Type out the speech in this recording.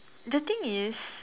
the thing is